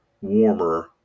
warmer